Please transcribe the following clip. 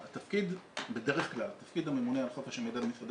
התפקיד של הממונה על חוק חופש המידע במשרדי